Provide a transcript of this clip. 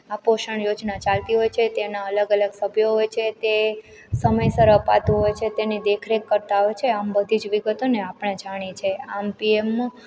આ પોષણ યોજના ચાલતી હોય છે તેના અલગ અલગ સભ્યો હોય છે તે સમયસર અપાતું હોય છે તેની દેખરેખ કરતાં હોય છે આમ બધીજ વિગતોને આપણે જાણી છે આમ પીએમ